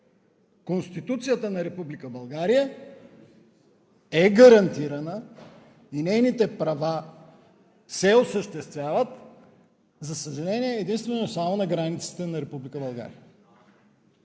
Конституцията на Република България е гарантирана и нейните права се осъществяват, за съжаление, единствено и само на границите на Република